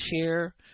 share